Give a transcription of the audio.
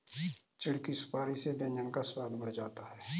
चिढ़ की सुपारी से व्यंजन का स्वाद बढ़ जाता है